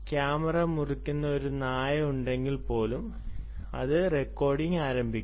camera മുറിക്കുന്ന ഒരു നായ ഉണ്ടെങ്കിൽ പോലും അത് റെക്കോർഡിംഗ് ആരംഭിക്കും